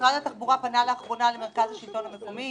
משרד התחבורה פנה לאחרונה למרכז השלטון המקומי